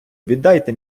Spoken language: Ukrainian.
віддайте